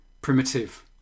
primitive